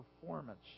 performance